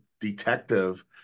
detective